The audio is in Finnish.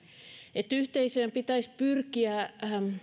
yhteisöjen pitäisi pyrkiä